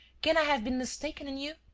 can i have been mistaken in you?